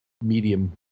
medium